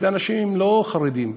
אלה אנשים לא חרדים,